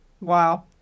Wow